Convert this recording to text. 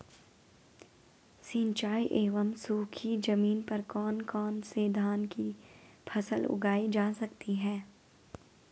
सिंचाई एवं सूखी जमीन पर कौन कौन से धान की फसल उगाई जा सकती है?